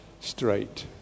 straight